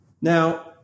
Now